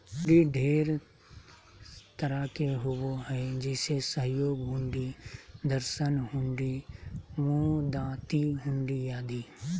हुंडी ढेर तरह के होबो हय जैसे सहयोग हुंडी, दर्शन हुंडी, मुदात्ती हुंडी आदि